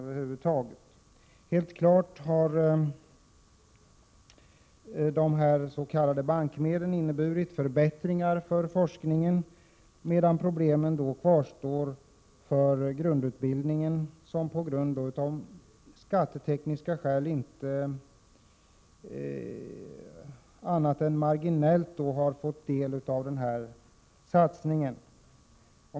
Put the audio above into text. Det är helt klart att de s.k. bankmedlen har inneburit förbättringar för forskningen, medan problemen kvarstår för grundutbildningen, som av skattetekniska skäl inte annat än marginellt har fått del av den satsningen.